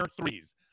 threes